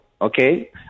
Okay